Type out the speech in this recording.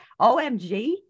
OMG